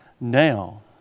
now